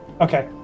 Okay